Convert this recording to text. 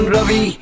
Ravi